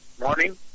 morning